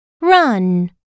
Run